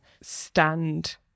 stand